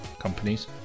companies